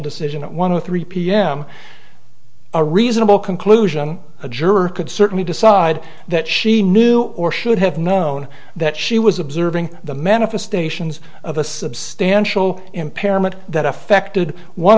decision one of three pm a reasonable conclusion a juror could certainly decide that she knew or should have known that she was observing the manifestations of a substantial impairment that affected